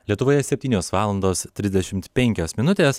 lietuvoje septynios valandos trisdešim penkios minutės